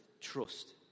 trust